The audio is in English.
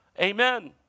Amen